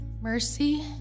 Mercy